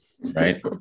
right